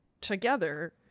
together